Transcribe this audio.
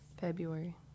February